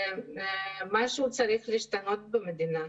משהו צריך להשתנות במדינה.